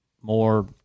more